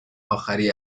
آخری